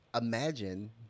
imagine